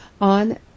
on